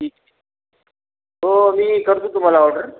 ठीक हो मी करतो तुमाला ऑर्डर